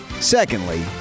secondly